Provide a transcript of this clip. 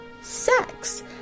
sex